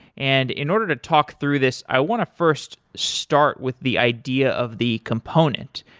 and in order to talk through this, i want to first start with the idea of the component.